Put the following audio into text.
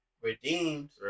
redeemed